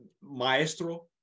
maestro